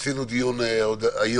עשינו דיון היום